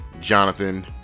Jonathan